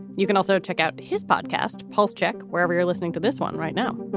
you can also check out his podcast, pulse check, wherever you're listening to this one right now.